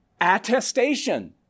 Attestation